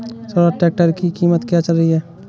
Swaraj tractor की कीमत क्या चल रही है?